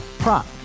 Prop